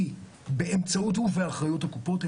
היא באמצעות ובאחריות הקופות.